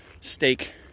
steak